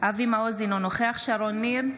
אבי מעוז, אינו נוכח שרון ניר,